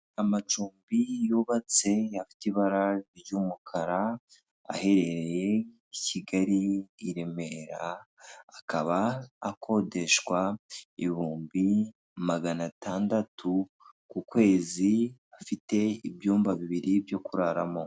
Amacumbi y'ubatse afite ibara ry'umukara aherereye I Kigali, I Remera akaba akodeshwa ibihumbi magana atandatu (600,000rwf) ku kwezi afite ibyumba bibiri byo kuraramo.